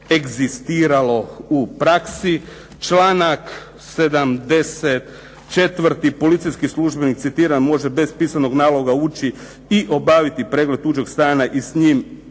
egzistiralo u praksi. Članak 74. "policijski službenik može bez pisanog naloga ući i obaviti pregled tuđeg stana i s njim